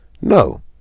no